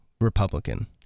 Republican